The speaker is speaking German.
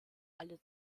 alle